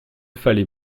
fallait